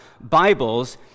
Bibles